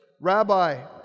rabbi